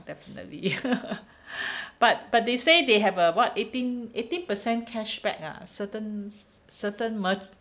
definitely but but they say they have a what eighteen eighteen percent cashback ah certain certain mer~